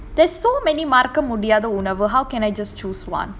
there's so many மறக்க முடியாத உணவு:maraka mudiyaatha unavu how can I just choose one